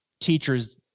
teachers